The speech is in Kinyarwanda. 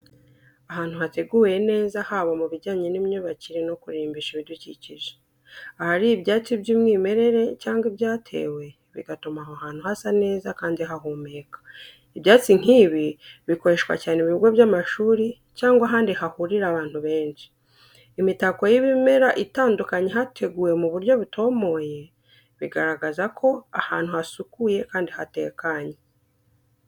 Ahantu hateguwe neza, haba mu bijyanye n’imyubakire no kurimbisha ibidukikije. Ahari ibyatsi by’umwimerere cyangwa ibyatewe, bigatuma aho hantu hasa neza kandi hahumeka. Ibyatsi nk’ibi bikoreshwa cyane mu bigo by’amashuri cyangwa ahandi hahurira abantu benshi. Imitako y’ibimera itandukanye ihateguwe mu buryo butomoye, bigaragaza ko ahantu hasukuye kandi hatekanye.